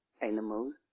animals